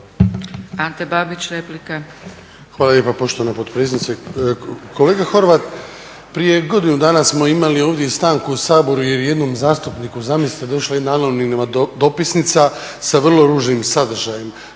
Ante (HDZ)** Hvala lijepa poštovana potpredsjednice. Kolega Horvat, prije godinu dana smo imali ovdje i stanku u Saboru jer je jednom zastupniku zamislite došla jedna anonimna dopisnica sa vrlo ružnim sadržajem.